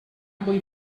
believe